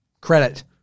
credit